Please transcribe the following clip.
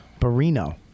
Barino